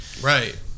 Right